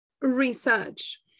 research